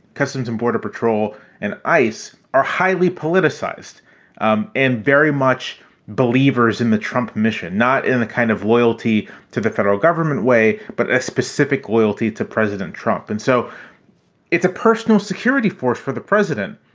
customs and border patrol and ice, are highly politicized um and very much believers in the trump mission, not in the kind of loyalty to the federal government way, but a specific loyalty to president trump. and so it's a personal security force for the president.